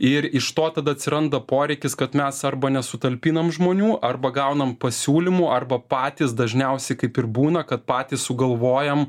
ir iš to tada atsiranda poreikis kad mes arba nesutalpinam žmonių arba gaunam pasiūlymų arba patys dažniausiai kaip ir būna kad patys sugalvojom